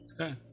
Okay